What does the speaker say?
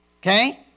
Okay